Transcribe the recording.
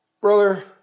Brother